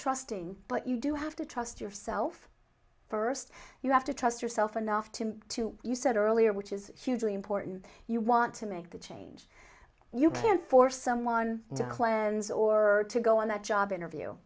trusting but you do have to trust yourself first you have to trust yourself enough to to you said earlier which is hugely important you want to make the change you can't force someone to cleanse or to go on that job interview